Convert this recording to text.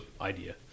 idea